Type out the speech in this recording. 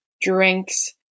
drinks